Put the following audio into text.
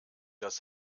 das